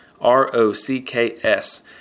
R-O-C-K-S